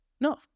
No